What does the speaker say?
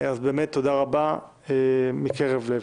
תודה רבה מקרב לב.